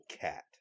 cat